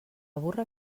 burra